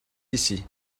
ici